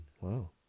Wow